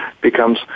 becomes